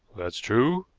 that's true,